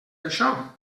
això